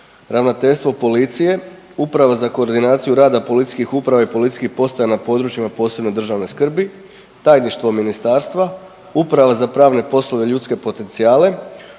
ravnateljstvo policije, Uprava za koordinaciju rada policijskih uprava i policijskih postaja na područjima od posebne državne skrbi, tajništvo ministarstva, Uprava za pravne poslove i ljudske potencijale,